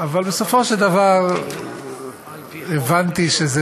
אבל בסופו של דבר הבנתי שזה